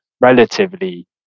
relatively